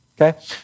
okay